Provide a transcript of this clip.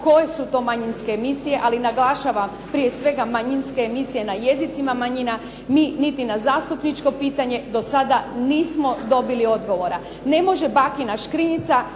koje su to manjinske emisije ali naglašavam prije svega manjinske emisije na jezicima manjina mi niti na zastupničko pitanje do sada nismo dobili odgovora. Ne može „Bakinja škrinjica“